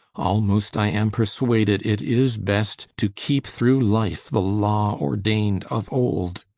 almost i am persuaded it is best to keep through life the law ordained of old.